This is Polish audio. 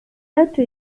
leczy